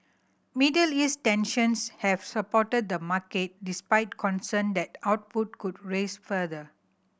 Middle East tensions have supported the market despite concern that output could rise further